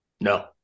No